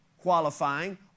qualifying